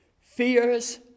fears